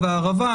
הערב,